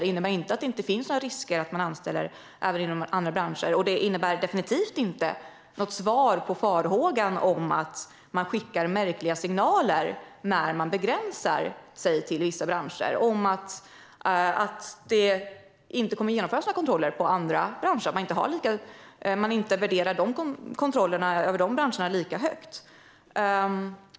Det innebär inte att det inte finns några risker att anställa även inom andra branscher. Det innebär definitivt inte något svar på farhågan om att man skickar märkliga signaler när man begränsar sig till vissa branscher. Det skickar en signal om att det inte kommer att genomföras några kontroller i andra branscher, att man inte värderar kontrollerna av dessa branscher lika högt.